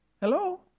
Hello